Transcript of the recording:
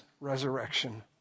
resurrection